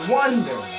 wonder